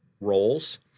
roles